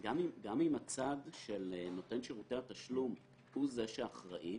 גם אם הצד של נותן שירותי התשלום הוא זה שאחראי,